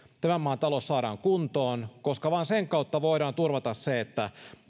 tämän maan talous saadaan kuntoon koska vain sen kautta voidaan turvata se että